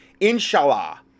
inshallah